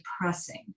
depressing